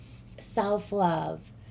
self-love